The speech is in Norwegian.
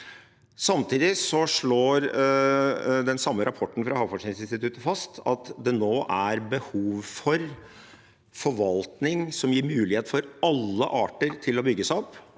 Samtidig slår den samme rapporten fra Havforskningsinstituttet fast at det nå er behov for forvaltning som gir mulighet for alle arter til å bygge seg opp,